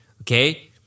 okay